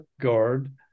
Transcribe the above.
guard